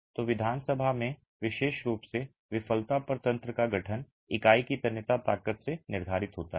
तो विधानसभा में विशेष रूप से विफलता पर तंत्र का गठन इकाई की तन्यता ताकत से निर्धारित होता है